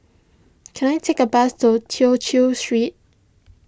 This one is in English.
can I take a bus to Tew Chew Street